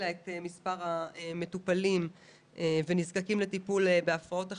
את מספר המטופלים ונזקקים לטיפול בהפרעות אכילה.